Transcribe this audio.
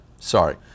sorry